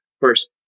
First